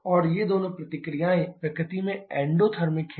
और ये दोनों प्रतिक्रियाएं प्रकृति में एंडोथर्मिक हैं